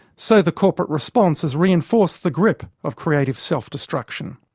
so the corporate response has reinforced the grip of creative self-destruction.